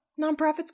Nonprofits